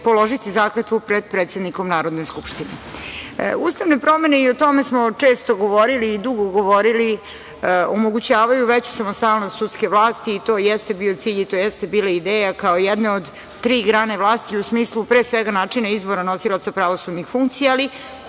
položiti zakletvu pred predsednikom Narodne skupštine. Ustavne promene, o tome smo često i dugo govorili, omogućavaju veću samostalnost sudske vlasti i to jeste bio cilj i ideja, kao jedne od tri grane vlasti u smislu pre svega načina izbora nosilaca pravosudnih funkcija, ali